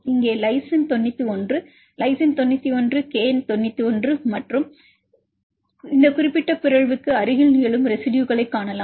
இங்கே lysine 91 lysine 91 K 91 மற்றும் இந்த குறிப்பிட்ட பிறழ்வுக்கு அருகில் நிகழும் ரெசிடுயுகளைக் காணலாம்